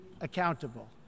accountable